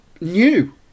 new